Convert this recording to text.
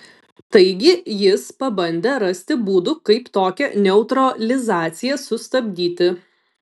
taigi jis pabandė rasti būdų kaip tokią neutralizaciją sustabdyti